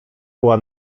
była